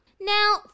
Now